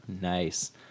nice